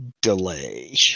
delay